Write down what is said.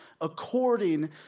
according